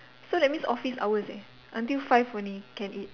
so that means office hours eh until five only can eat